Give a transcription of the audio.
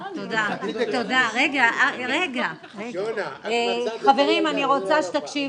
חברים, אני רוצה שתקשיבו.